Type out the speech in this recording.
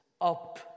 up